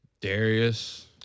Darius